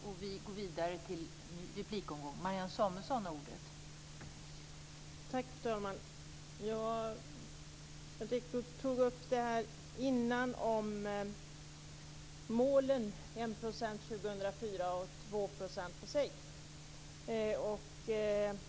Fru talman! Berndt Ekholm tog tidigare upp det här med målen - 1 % år 2004 och 2 % på sikt.